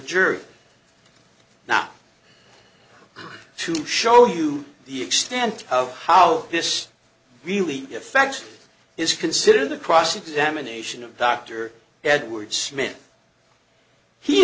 jury not to show you the extent of how this really effects his consider the cross examination of dr edward smith he